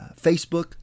Facebook